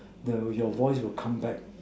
the your voice will come back